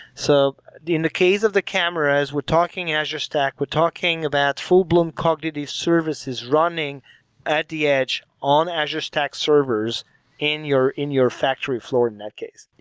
so in the case of the cameras, we're talking azure stack, we're talking about full-blown cognitive services running at the edge on azure stack servers in your in your factory floor in that case.